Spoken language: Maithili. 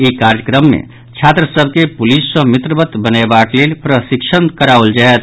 इ कार्यक्रम मे छात्र सभ के पुलिस सँ मित्रवत बनयबाक लेल प्रशिक्षण कराओल जायत